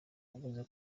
wamaze